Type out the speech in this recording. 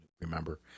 remember